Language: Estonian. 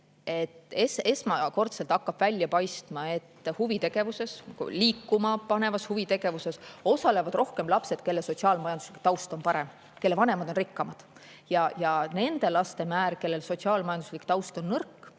Esmakordselt hakkab välja paistma, et huvitegevuses, liikuma panevas huvitegevuses osalevad rohkem lapsed, kelle sotsiaal-majanduslik taust on parem, kelle vanemad on rikkamad. Ja nende laste puhul, kelle sotsiaal-majanduslik taust on nõrk,